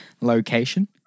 location